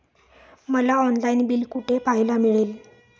मला online bill कुठे पाहायला मिळेल?